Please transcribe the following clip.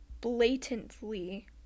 blatantly